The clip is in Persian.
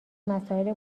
مسائل